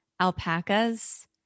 alpacas